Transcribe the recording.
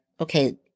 Okay